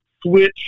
switch